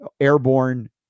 airborne